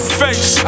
face